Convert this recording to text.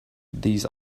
these